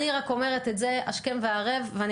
אני רק אומרת את זה השכם והערב ואני